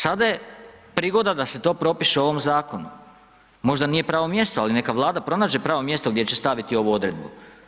Sada je prigoda da se to propiše u ovom zakonu, možda nije pravo mjesto, ali neka Vlada pronađe pravo mjesto gdje će staviti ovu odredbu.